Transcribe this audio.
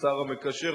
כשר המקשר,